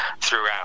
throughout